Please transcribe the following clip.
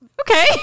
okay